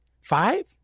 Five